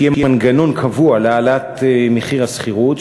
שיהיה מנגנון קבוע להעלאת מחיר השכירות,